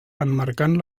emmarcant